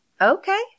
Okay